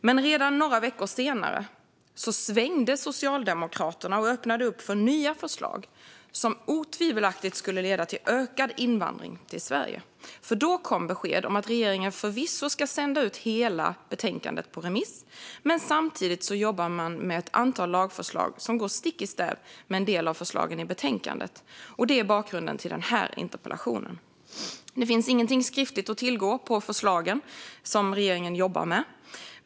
Men redan några veckor senare svängde Socialdemokraterna och öppnade upp för nya förslag som otvivelaktigt skulle leda till ökad invandring till Sverige. Då kom nämligen besked om att regeringen förvisso ska sända ut hela betänkandet på remiss. Men samtidigt jobbar man med ett antal lagförslag som går stick i stäv med en del av förslagen i betänkandet. Det är bakgrunden till denna interpellation. Det finns ingenting skriftligt att tillgå i fråga om förslagen som regeringen jobbar med.